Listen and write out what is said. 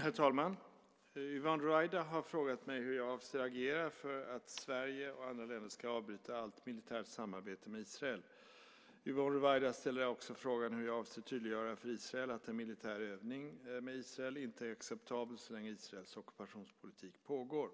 Herr talman! Yvonne Ruwaida har frågat mig hur jag avser att agera för att Sverige och andra länder ska avbryta allt militärt samarbete med Israel. Yvonne Ruwaida ställer också frågan hur jag avser att tydliggöra för Israel att en militär övning med Israel inte är acceptabel så länge Israels ockupationspolitik pågår.